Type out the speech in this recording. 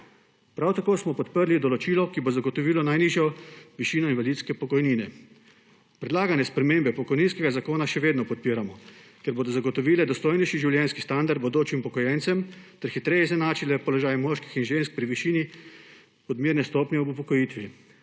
Prav tako smo podprli določilo, ki bo zagotovilo najnižjo višino invalidske pokojnine. Predlagane spremembe pokojninskega zakona še vedno podpiramo, ker bodo zagotovile dostojnejši življenjski standard bodočim upokojencem ter hitreje izenačile položaj moških in žensk pri višini odmerne stopnje ob upokojitvi.